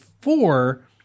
four